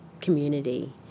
community